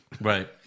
Right